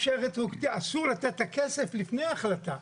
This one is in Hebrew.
אסור לתת את הכסף לפני ההחלטה,